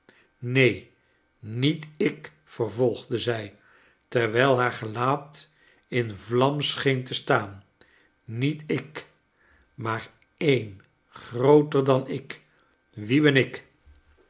neen niet ik vervolgde zij terwijl haar gelaat in vlam scheen te staan niet ik maar een grooter dan ik wie ban ik